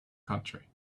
country